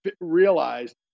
realized